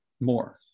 more